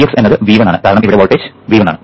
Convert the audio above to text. Vx എന്നത് V1 ആണ് കാരണം ഇവിടെ വോൾട്ടേജ് V1 ആണ്